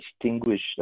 distinguished